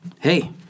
hey